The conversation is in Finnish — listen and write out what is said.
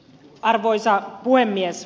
arvoisa puhemies